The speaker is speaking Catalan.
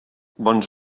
bons